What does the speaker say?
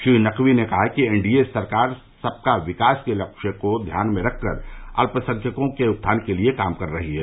श्री नकवी ने कहा कि एन डी ए सरकार सबका विकास के लक्ष्य को ध्यान में रखकर अल्पसंख्यकों के उत्थान के लिए काम कर रही है